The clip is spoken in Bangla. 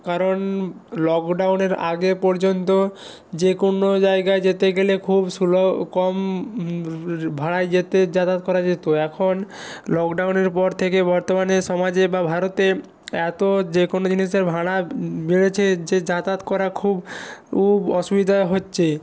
কারণ লকডাউনের আগে পর্যন্ত যে কোনো জায়গা যেতে গেলে খুব সুল কম ভাড়ায় যেতে যাতায়াত করা যেত এখন লকডাউনের পর থেকে বর্তমানে সমাজে বা ভারতে এত যে কোনো জিনিসের ভাড়া বেড়েছে যে যাতায়াত করা খুব উব অসুবিধা হচ্ছে